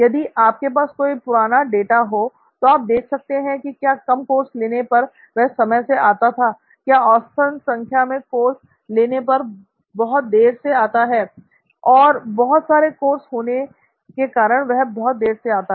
यदि आपके पास कोई पुराना डाटा हो तो आप देख सकते हैं कि क्या कम कोर्स लेने पर वह समय से आता था क्या औसतन संख्या मे कोर्स लेने पर बहुत देर से आता था और बहुत सारे कोर्स होने के कारण वह बहुत देर से आता है